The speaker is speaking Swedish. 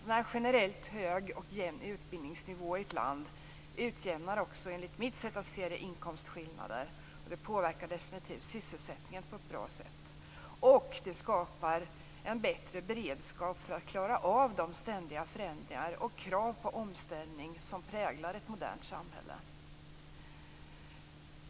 En generellt jämn och hög utbildningsnivå i ett land utjämnar också, enligt mitt sätt att se, inkomstskillnader och påverkar sysselsättningen på ett bra sätt. Det skapar också en bättre beredskap för att klara av de ständiga förändringar och krav på omställning som präglar ett modernt samhälle.